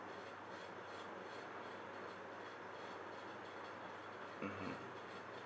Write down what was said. mmhmm